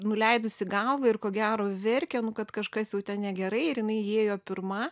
nuleidusi galvą ir ko gero verkia nu kad kažkas jau ten negerai ir jinai įėjo pirma